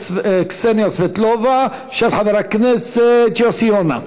קסניה סבטלובה ושל חבר הכנסת יוסי יונה,